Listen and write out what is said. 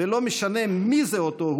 ב-2013 הגעתי לפה, ודבר ראשון שזיהינו זה שאין פה